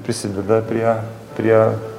prisideda prie prie